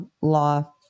law